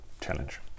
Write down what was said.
challenge